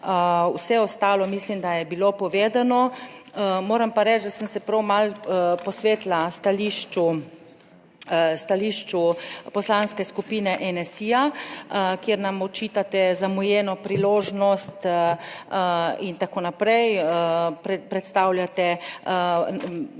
Vse ostalo mislim, da je bilo povedano, moram pa reči, da sem se prav malo posvetila stališču Poslanske skupine NSi, kjer nam očitate zamujeno priložnost in tako naprej. Predstavljate podatke